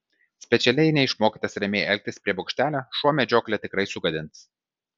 specialiai neišmokytas ramiai elgtis prie bokštelio šuo medžioklę tikrai sugadins